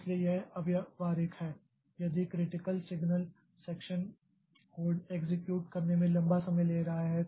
इसलिए यह अव्यावहारिक है यदि critical signal section code execute करने में लंबा समय ले रहा है